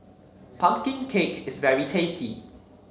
pumpkin cake is very tasty